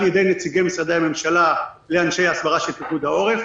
ידי נציגי משרדי הממשלה לאנשי ההסברה של פיקוד העורף,